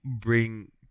bring